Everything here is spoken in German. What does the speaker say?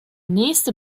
nächste